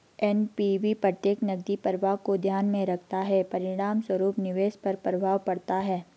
NPV प्रत्येक नकदी प्रवाह को ध्यान में रखता है, परिणामस्वरूप निवेश पर प्रभाव पड़ता है